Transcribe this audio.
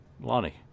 lonnie